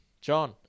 John